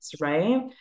right